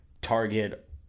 target